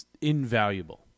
invaluable